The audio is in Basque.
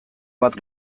bat